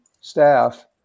staff